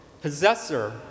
possessor